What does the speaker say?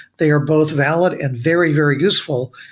they are both valid and very, very useful.